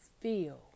feel